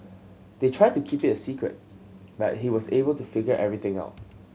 they tried to keep it a secret but he was able to figure everything out